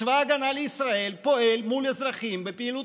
צבא ההגנה לישראל פועל מול אזרחים בפעילות